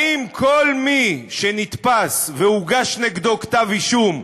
האם כל מי שנתפס והוגש נגדו כתב אישום,